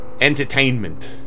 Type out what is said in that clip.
entertainment